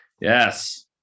Yes